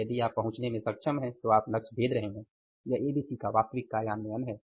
इसलिए यदि आप पहुँचने में सक्षम हैं तो आप लक्ष्य भेद रहे हैं यह एबीसी का वास्तविक कार्यान्वयन है